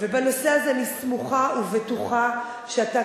ובנושא הזה אני סמוכה ובטוחה שאתה,